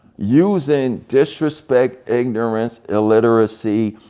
using, disrespect, ignorance, illiteracy,